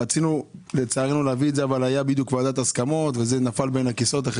רצינו להביא את זה אבל היה בדיוק ועדת הסכמות וזה נפל בין הכיסאות.